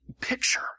picture